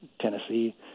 Tennessee